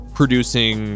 producing